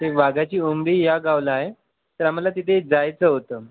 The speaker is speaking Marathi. ते वाघाची या गावाला आहे तर आम्हाला तिथे जायचं होतं